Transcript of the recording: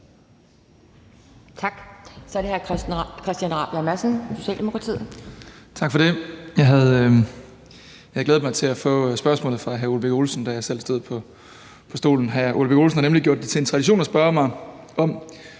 Kl. 15:00 Christian Rabjerg Madsen (S): Tak for det. Jeg havde glædet mig til at få spørgsmålet fra hr. Ole Birk Olesen, da jeg selv stod på talerstolen her. Hr. Ole Birk Olesen har nemlig gjort det til en tradition at spørge mig om,